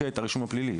את הרישום הפלילי,